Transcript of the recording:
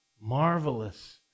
marvelous